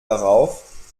darauf